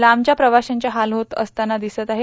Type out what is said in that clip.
लांबच्या प्रवाशांचे हाल होताना दिसत आहेत